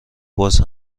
باز